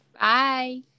Bye